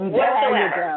whatsoever